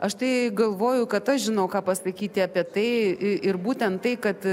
aš tai galvoju kad aš žinau ką pasakyti apie tai ir būtent tai kad